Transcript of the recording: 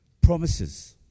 Promises